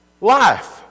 Life